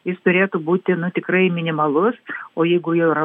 jis turėtų būti tikrai minimalus o jeigu jau yra